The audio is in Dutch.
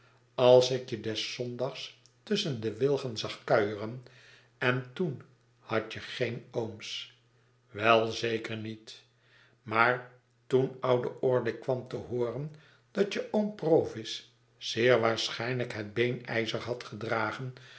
als ik jedes zondags tusschen de wilgen zag kuieren en toenhadtje geen ooms wel zeker niet maar toen oude orlick kwam te hooren dat je oom provis zeer waarschijnlijk het beenijzer had gedragen